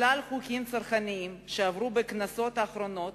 שלל חוקים צרכניים שעברו בכנסות האחרונות